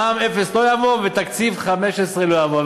מע"מ אפס לא יעבור ותקציב 2015 לא יעבור.